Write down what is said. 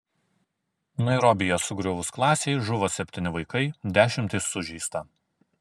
nairobyje sugriuvus klasei žuvo septyni vaikai dešimtys sužeista